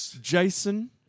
Jason